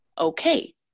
Okay